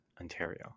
Ontario